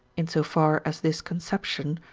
in so far as this conception,